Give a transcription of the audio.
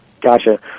Gotcha